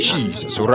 Jesus